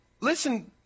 listen